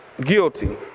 guilty